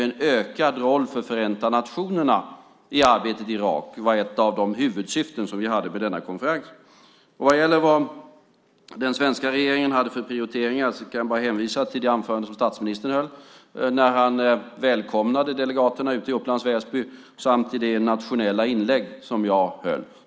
En ökad roll för Förenta nationerna i arbetet i Irak var ett av de huvudsyften som vi hade med denna konferens. Vad gäller den svenska regeringens prioriteringar kan jag hänvisa till det anförande statsministern höll när han välkomnade delegaterna i Upplands Väsby samt till det nationella inlägg som jag höll.